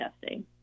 testing